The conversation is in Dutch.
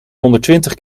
honderdtwintig